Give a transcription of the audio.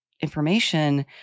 information